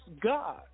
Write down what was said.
God